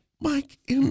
Mike